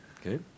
Okay